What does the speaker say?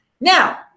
Now